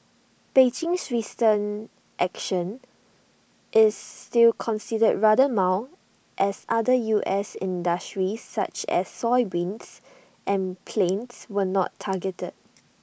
Beijing's recent action is still considered rather mild as other U S industries such as soybeans and planes were not targeted